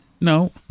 No